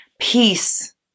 peace